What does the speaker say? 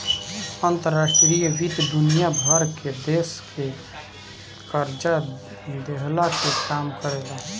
अंतर्राष्ट्रीय वित्त दुनिया भर के देस के कर्जा देहला के काम करेला